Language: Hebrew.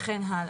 וכן הלאה.